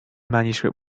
manuscript